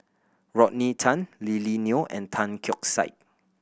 Rodney Tan Lily Neo and Tan Keong Saik